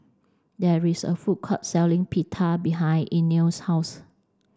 there is a food court selling Pita behind Inell's house